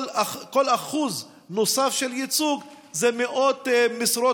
כל אחוז נוסף של ייצוג זה מאות משרות